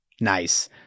nice